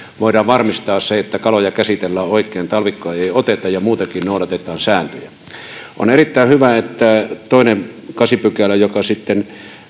voidaan varmistaa se että kaloja käsitellään oikein talvikkoja ei oteta ja muutenkin noudatetaan sääntöjä on erittäin hyvä että toinen kahdeksas pykälä sitten